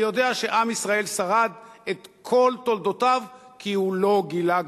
אני יודע שעם ישראל שרד את כל תולדותיו כי הוא לא גילה גמישות,